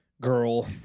girl